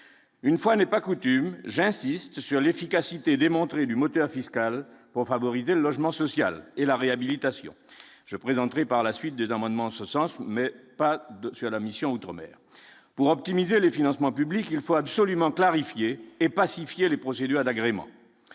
une fois n'est pas coutume, j'insiste sur l'efficacité démontrée du moteur fiscales pour favoriser le logement social et la réhabilitation je présenterai par la suite des amendements en ce sens, mais pas sur la mission outre-mer pour optimiser le financement public, il faut absolument clarifier et pacifier les procédures d'agrément,